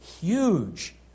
huge